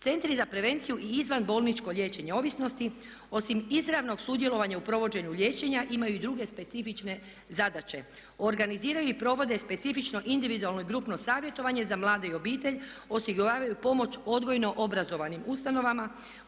Centri za prevenciju i izvanbolničko liječenje ovisnosti osim izravnog sudjelovanja u provođenju liječenja imaju i druge specifične zadaće. Organiziraju i provode specifično individualno i grupno savjetovanje za mlade i obitelj, osiguravaju pomoć odgojno obrazovanim ustanovama